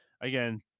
again